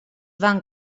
van